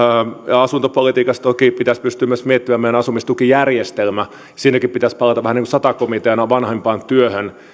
asuntopolitiikassa toki pitäisi pystyä myös miettimään meidän asumistukijärjestelmäämme siinäkin pitäisi palata vähän niin kuin sata komitean vanhempaan työhön